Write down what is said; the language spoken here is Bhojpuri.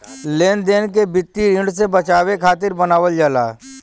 लेनदार के वित्तीय ऋण से बचावे खातिर बनावल जाला